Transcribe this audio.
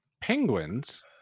penguins